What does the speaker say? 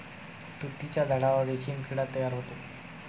तुतीच्या झाडावर रेशीम किडा तयार होतो